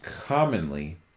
commonly